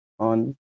on